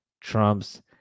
trumps